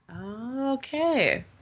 Okay